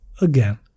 again